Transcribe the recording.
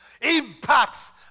impacts